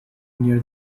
near